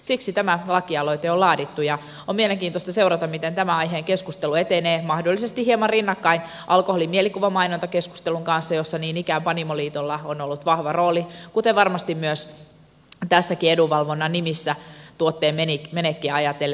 siksi tämä lakialoite on laadittu ja on mielenkiintoista seurata miten tämän aiheen keskustelu etenee mahdollisesti hieman rinnakkain alkoholin mielikuvamainontakeskustelun kanssa jossa niin ikään panimoliitolla on ollut vahva rooli kuten varmasti myös tässäkin edunvalvonnan nimissä tuotteen menekkiä ajatellen